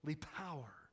power